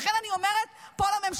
לכן אני אומרת פה לממשלה: